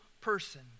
person